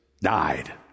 died